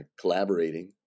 collaborating